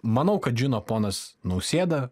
manau kad žino ponas nausėda